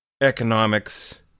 Economics